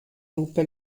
ruppe